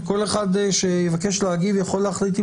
וכל אחד שיבקש להגיב יכול להחליט אם